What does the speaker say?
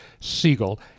Siegel